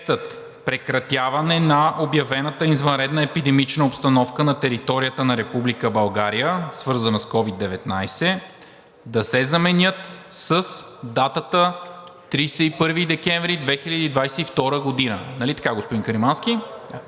„прекратяване на обявената извънредна епидемична обстановка на територията на Република България, свързана с COVID-19“ да се замени с „датата 31 декември 2022 г.“ Нали така, господин Каримански?